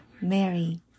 Mary